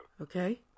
Okay